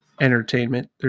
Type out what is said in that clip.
entertainment